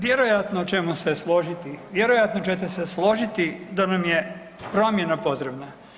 Vjerojatno ćemo se složiti, vjerojatno ćete se složiti da nam je promjena potrebna.